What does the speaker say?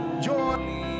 joy